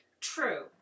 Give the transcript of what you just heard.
True